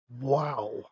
Wow